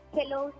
Hello